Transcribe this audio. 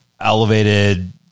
elevated